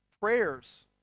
prayers